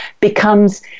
becomes